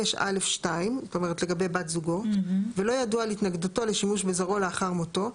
5(א)(2) ולא ידוע על התנגדותו לשימוש בזרעו לאחר מותו,